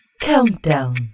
Countdown